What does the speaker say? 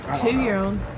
Two-year-old